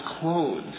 clothes